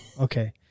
Okay